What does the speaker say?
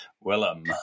Willem